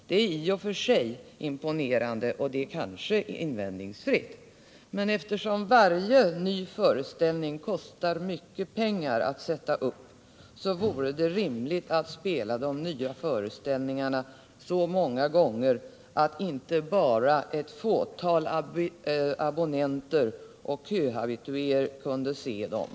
Det är i och för sig imponerande, och det är kanske invändningsfritt. Men eftersom varje ny föreställning kostar mycket pengar att sätta upp vore det rimligt att spela de nya föreställningarna så många gånger att inte bara ett fåtal abonnenter och köhabituéer får möjlighet att se dem.